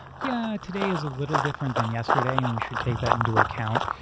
yeah, today is a little different than yesterday, and we should take that into account.